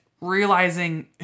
realizing